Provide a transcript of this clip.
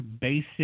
basic